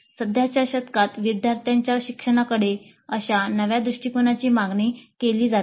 सध्याच्या शतकात विद्यार्थ्यांच्या शिक्षणाकडे अशा नव्या दृष्टिकोनाची मागणी केली जाते